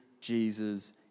Jesus